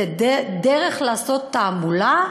זאת דרך לעשות תעמולה,